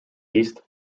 east